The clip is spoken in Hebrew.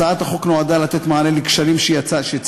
הצעת החוק נועדה לתת מענה לכשלים שציינתי,